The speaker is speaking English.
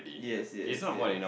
yes yes yes